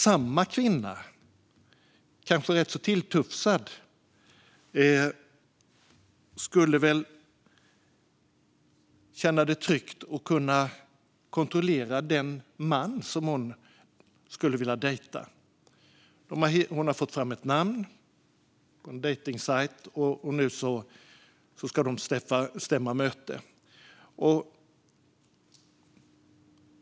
Samma kvinna, kanske rätt så tilltufsad, skulle väl känna det tryggt att kunna kontrollera den man som hon skulle vilja dejta. Hon har fått fram ett namn på en dejtningssajt, och nu ska de stämma möte.